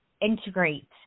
integrate